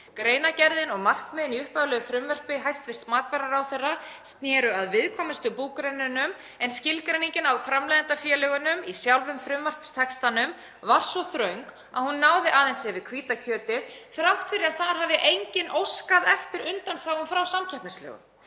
Greinargerðin og markmiðin í upphaflegu frumvarpi hæstv. matvælaráðherra sneru að viðkvæmustu búgreinunum. En skilgreiningin á framleiðandafélögunum í sjálfum frumvarpstextanum var svo þröng að hún náði aðeins yfir hvíta kjötið þrátt fyrir að þar hafi enginn óskað eftir undanþágu frá samkeppnislögum.